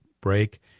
break